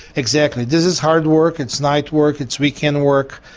exactly, this is hard work, it's night work, it's weekend work,